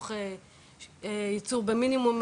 שיוקם בעתיד יספק את רמת האמינות.